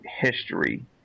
history